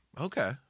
okay